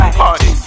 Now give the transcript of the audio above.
party